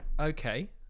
Okay